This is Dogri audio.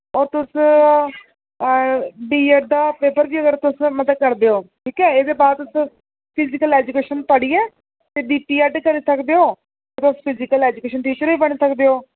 और तुस बी ऐड दा पेपर बी अगर तुस मतलब करदे ओ ठीक ऐ एह्दे बाद तुस फिजिकल ऐजुकेशन पढ़ियै बी बी ऐड करी सकदे ओ तुस फिजिकल ऐजुकेशन टीचर बी बनी सकदे ओ